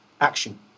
action